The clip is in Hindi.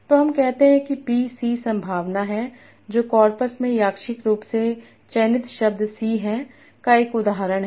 तो हम कहते हैं कि P c संभावना है जो कोरपस में यादृच्छिक रूप से चयनित शब्द c है का एक उदाहरण है